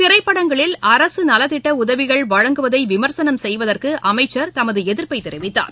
திரைப்படங்களில் அரசுநலத்திட்டஉதவிகள் வழங்குவதைவிமர்சனம் செய்வதற்குஅமைச்சர் தமதுஎதிர்ப்பைதெரிவித்தார்